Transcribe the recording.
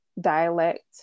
dialect